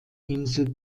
insel